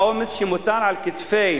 העומס שמוטל על כתפי